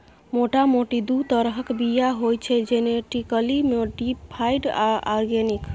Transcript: मोटा मोटी दु तरहक बीया होइ छै जेनेटिकली मोडीफाइड आ आर्गेनिक